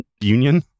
union